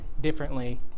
differently